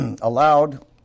allowed